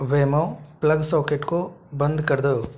वेमो plug socket को बंद कर दो